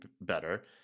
better